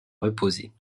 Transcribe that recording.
reposer